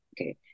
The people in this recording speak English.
okay